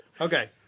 Okay